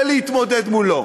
ולהתמודד מולו.